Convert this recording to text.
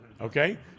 okay